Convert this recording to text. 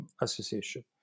association